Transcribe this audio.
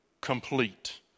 complete